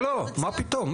לא, לא, מה פתאום.